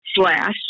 slash